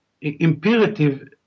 imperative